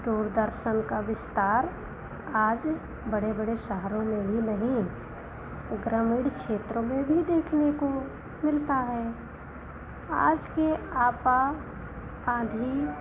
दूरदर्शन का विस्तार आज बड़े बड़े शहरों में ही नहीं ग्रामीण क्षेत्रों में भी देखने को मिलता है आज के आपा धापी